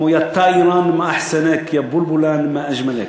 כמו: יא טאארן מא אחסנכּ יא בּלבלּן מא אג'מלכּ.